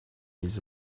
his